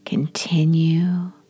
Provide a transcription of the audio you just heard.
Continue